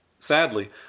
Sadly